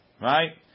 Right